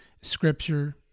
scripture